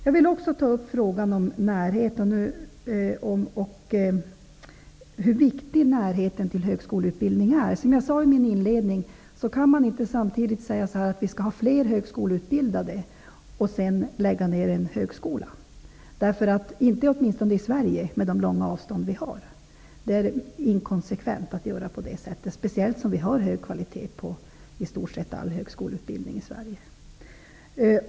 Jag vill också ta upp frågan om närhet och hur viktigt det är med närhet till högskoleutbildningar. Som jag sade i min inledning kan man inte säga att antalet högskoleutbildade skall öka, samtidigt som man lägger ned en högskola, åtminstone inte i Sverige med de avstånd som här finns. Det vore inkonsekvent, speciellt som det är god kvalitet på i stort sett all högskoleutbildning i Sverige.